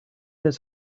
his